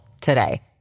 today